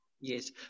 Yes